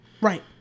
Right